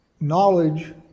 Knowledge